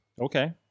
Okay